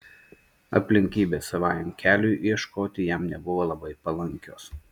aplinkybės savajam keliui ieškoti jam nebuvo labai palankios